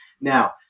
Now